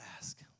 ask